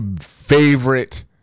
favorite